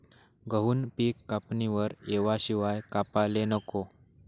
गहूनं पिक कापणीवर येवाशिवाय कापाले नको